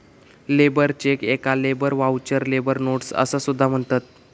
labour check याका labour voucher, labour notes असा सुद्धा म्हणतत